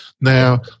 now